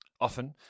Often